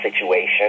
situation